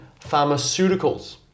pharmaceuticals